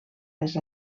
les